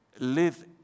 live